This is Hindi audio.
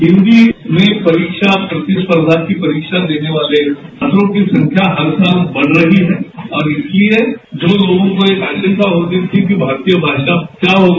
हिन्दी में परीक्षा प्रतिसर्धा की परीक्षा देने वाले छात्रों की संख्या हर साल बढ़ रही है और इसलिए जो लोगों को यह आसंका होती थी कि भारतीय भाषा का क्या होगा